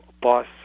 boss